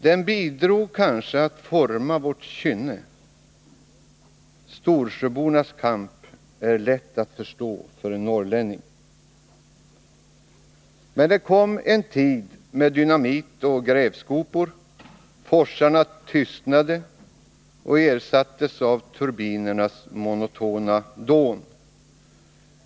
Den bidrog kanske att forma vårt kynne. Storsjöbornas kamp är lätt att förstå för en norrlänning. Men det kom en tid med dynamit och grävskopor. Forsarna tystnade och ersattes av turbinernas monotona dån.